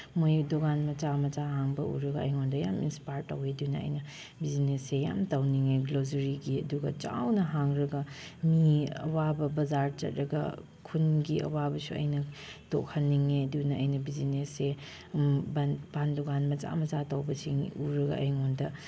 ꯃꯣꯏꯒꯤ ꯗꯨꯀꯥꯟ ꯃꯆꯥ ꯃꯆꯥ ꯍꯥꯡꯕ ꯎꯔꯒ ꯑꯩꯉꯣꯟꯗ ꯌꯥꯝ ꯏꯟꯁꯄꯥꯌꯔ ꯇꯧꯋꯤ ꯑꯗꯨꯅ ꯑꯩꯅ ꯕꯤꯖꯤꯅꯦꯁꯁꯤ ꯌꯥꯝ ꯇꯧꯅꯤꯡꯉꯤ ꯒ꯭ꯔꯣꯁꯔꯤꯒꯤ ꯑꯗꯨꯒ ꯆꯥꯎꯅ ꯍꯥꯡꯂꯒ ꯃꯤ ꯑꯋꯥꯕ ꯕꯖꯥꯔ ꯆꯠꯂꯒ ꯈꯨꯟꯒꯤ ꯑꯋꯥꯕꯁꯨ ꯑꯩꯅ ꯇꯣꯛꯍꯟꯅꯤꯡꯉꯤ ꯑꯗꯨꯅ ꯑꯩꯅ ꯕꯤꯖꯤꯅꯦꯁꯁꯤ ꯄꯥꯟ ꯗꯨꯀꯥꯟ ꯃꯆꯥ ꯃꯆꯥ ꯇꯧꯕꯁꯤꯡ ꯎꯔꯒ ꯑꯩꯉꯣꯟꯗ